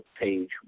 page